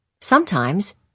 Sometimes